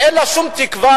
ואין שום תקווה,